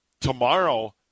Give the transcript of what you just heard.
tomorrow